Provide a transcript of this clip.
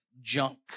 junk